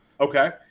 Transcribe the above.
Okay